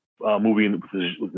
movie